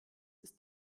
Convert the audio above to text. ist